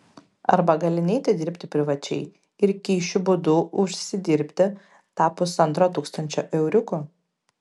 arba gali neiti dirbti privačiai ir kyšių būdu užsidirbti tą pusantro tūkstančio euriukų